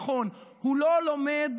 נכון, הוא לא לומד